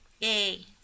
Yay